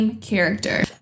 character